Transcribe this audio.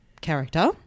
character